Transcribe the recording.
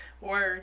Word